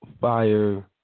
fire